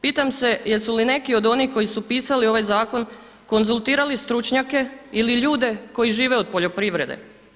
Pitam se jesu li neki od onih koji su pisali ovaj zakon konzultirali stručnjake ili ljude koji žive od poljoprivrede.